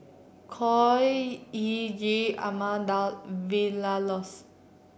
Khor Ee Ghee Ahmad Daud Vilma Laus